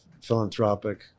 philanthropic